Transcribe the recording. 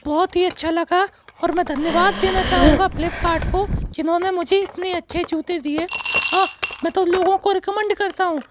बहुत ही अच्छा लगा और मैं धन्यवाद देना चाहूँगा फ्लिपकार्ट को जिन्होंने मुझे इतने अच्छे जूते दिए हाँ मैं तो लोगों को रिकमेंड करता हूँ